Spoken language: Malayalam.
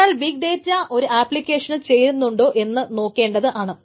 ഒരാൾ ബിഗ് ഡേറ്റ ഒരു ആപ്ലിക്കേഷന് ചേരുന്നുണ്ടോ എന്ന് നോക്കേണ്ടത് ആണ്